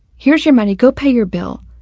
here's your money. go pay your bill.